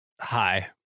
hi